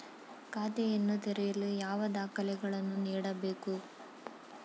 ಖಾತೆಯನ್ನು ತೆರೆಯಲು ಯಾವ ಯಾವ ದಾಖಲೆಗಳನ್ನು ನೀಡಬೇಕು?